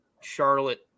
charlotte